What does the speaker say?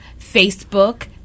Facebook